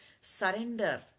Surrender